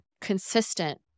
consistent